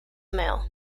male